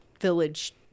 Village